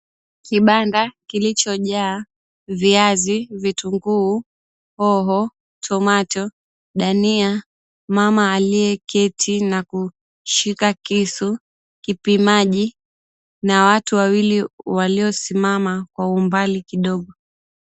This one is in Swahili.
Kibanda kilichojaa viazi, vitunguu, hoho, tomato , dania, mama aliyeketi na kushika kisu, kipimaji na watu wawili waliosimama kwa umbali kidogo.